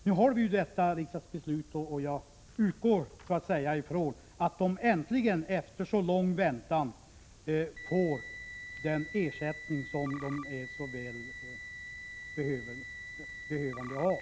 Nu har vi dock fått detta riksdagsbeslut, och jag utgår ifrån att de äntligen efter så lång väntan skall få den ersättning som de så väl behöver.